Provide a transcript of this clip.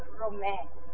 romance